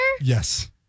Yes